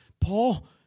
Paul